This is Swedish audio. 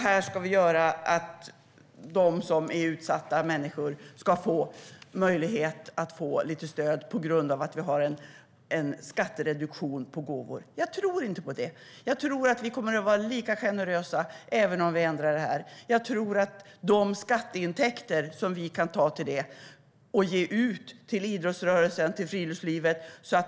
Här ska utsatta människor få stöd tack vare en skattereduktion för gåvor. Jag tror inte på det. Jag tror att vi kommer att vara lika generösa även om det sker en ändring. Jag tror att de skatteintäkter som vi kan få in kan ges till idrottsrörelsen och friluftslivet.